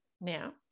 now